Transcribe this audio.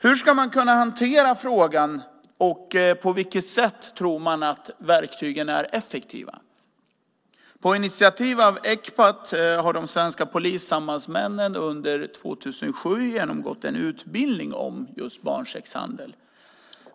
Hur ska man kunna hantera frågan, och på vilket sätt tror man att verktygen är effektiva? På initiativ av Ecpat har de svenska polissambandsmännen under 2007 genomgått en utbildning om just barnsexhandel.